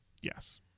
yes